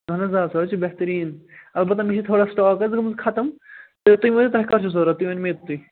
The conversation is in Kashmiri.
اَہَن حظ آ سُہ حظ چھِ بہتریٖن البتہ مےٚ چھِ تھوڑا سِٹاک حظ گٲمٕژ ختٕم تہٕ تُہۍ ؤنِو تۄہہِ کر چھُو ضروٗرت تُہۍ ؤنِوٗ مےٚ یِتُے